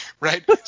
right